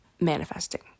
manifesting